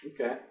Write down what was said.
Okay